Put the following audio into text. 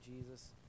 Jesus